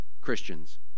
Christians